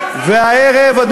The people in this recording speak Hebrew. רוצים שתעשו פתרונות.